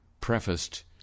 prefaced